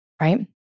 right